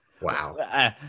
wow